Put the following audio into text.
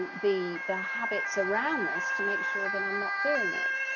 the the habits around this to make sure that i'm not doing it.